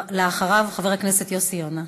ולאחריו, חבר הכנסת יוסי יונה.